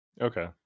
Okay